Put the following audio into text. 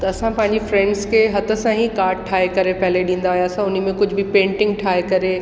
त असां पंहिंजी फ्रेंड्स खे हथ सां ई काड ठाहे करे पहले ॾींदा हुयासीं असां उन्हीअ में कुझु बि पेंटिंग ठाहे करे